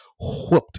whooped